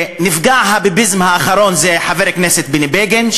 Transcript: נפגע הביביזם האחרון הוא חבר הכנסת בני בגין,